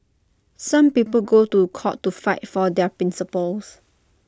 some people go to court to fight for their principles